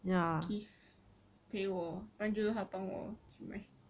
keith 陪我不然就是他帮我买